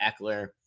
Eckler